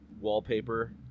wallpaper